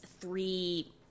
three